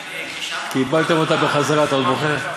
קיבלתם אותה בחזרה, אתה עוד בוכה?